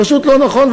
פשוט לא נכון.